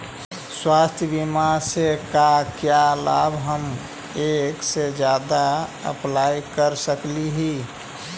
स्वास्थ्य बीमा से का क्या लाभ है हम एक से जादा अप्लाई कर सकली ही?